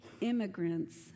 immigrants